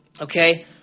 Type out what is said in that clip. Okay